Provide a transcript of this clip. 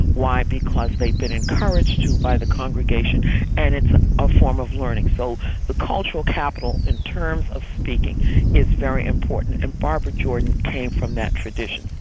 why? because they've been encouraged to by the congregation and it's a form of learning. so the cultural capital in terms of speaking is very important. and barbara jordan came from that tradition.